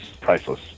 priceless